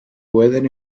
pueden